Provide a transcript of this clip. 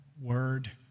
word